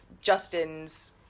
Justin's